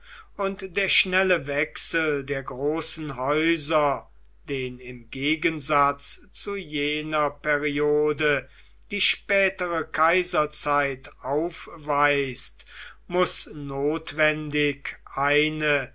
und der schnelle wechsel der großen häuser den im gegensatz zu jener periode die spätere kaiserzeit aufweist muß notwendig eine